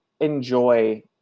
enjoy